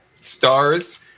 stars